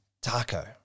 taco